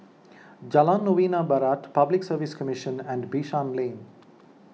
Jalan Novena Barat Public Service Commission and Bishan Lane